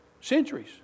centuries